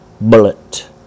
bullet